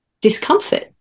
discomfort